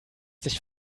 sich